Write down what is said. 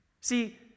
See